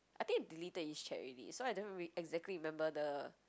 I think I deleted his chat already so I don't really exactly remember the